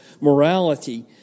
morality